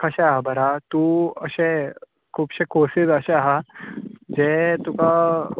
कशें आसा खबर आसा तूं अशे खुबशे कोर्सीस अशे आसा जे तुका